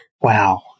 Wow